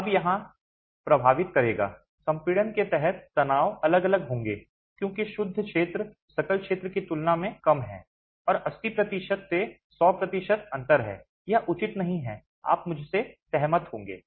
अब यह कहां प्रभावित करेगा संपीड़न के तहत तनाव अलग अलग होंगे क्योंकि शुद्ध क्षेत्र सकल क्षेत्र की तुलना में कम है और 80 प्रतिशत से 100 प्रतिशत अंतर है यह उचित नहीं है आप मुझसे सहमत होंगे